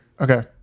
Okay